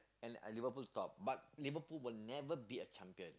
and and Liverpool top but Liverpool will never be a champion